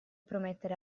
promettere